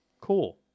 Cool